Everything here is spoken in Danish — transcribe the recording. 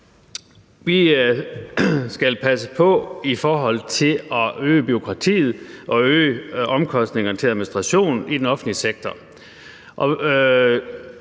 Vi skal passe på med ikke at øge bureaukratiet og omkostningerne til administration i den offentlige sektor.